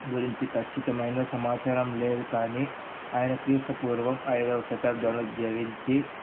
గురించి ఖచ్చితమైన సమాచారం లేదు కానీ ఆయన క్రీస్తు పూర్వం ఐదవ శతాబ్దంలో జీవించి